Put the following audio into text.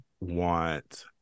want